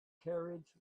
carriage